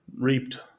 reaped